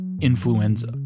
Influenza